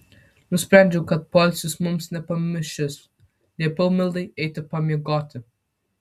nusprendžiau kad poilsis mums nepamaišys liepiau mildai eiti pamiegoti